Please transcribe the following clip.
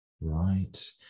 Right